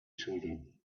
children